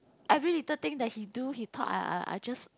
every little thing that he do he talk I I I just